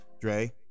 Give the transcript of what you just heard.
Dre